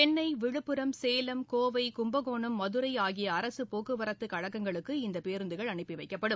சென்ன் விழுப்புரம் சேலம் கோவை கும்பகோணம் மதுரை ஆகிய அரசு போக்குவரத்து கழகங்களுக்கு இந்த பேருந்துகள் அனுப்பி வைக்கப்படும்